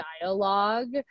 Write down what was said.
dialogue